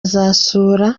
azasura